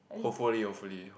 hopefully hopefully